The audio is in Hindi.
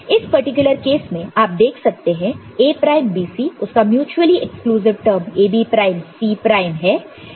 तो इस पर्टिकुलर केस में आप देख सकते हैं A प्राइम B C उसका mutually exclusive term A B prime C prime है